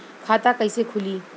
खाता कइसे खुली?